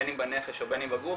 בין אם בנפש ובין אם בגוף,